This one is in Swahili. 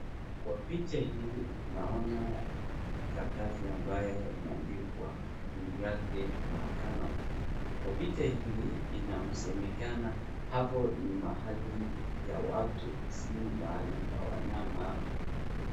Kwa picha hii, naona karatasi ambaye imeandikwa juu yake . Kwa picha hii, inasemekana hapa ni mahali ya watu si mahali pa wanyama.